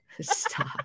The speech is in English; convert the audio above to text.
stop